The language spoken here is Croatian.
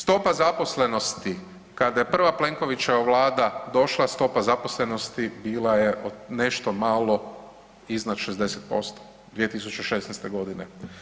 Stopa zaposlenosti, kada je prva Plenkovićeva vlada došla stopa zaposlenosti bila je nešto malo iznad 60% 2016. godine.